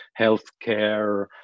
healthcare